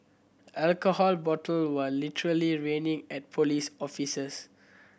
alcohol bottle were literally raining at police officers